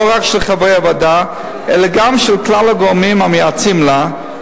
לא רק של חברי הוועדה אלא גם של כלל הגורמים המייעצים לה,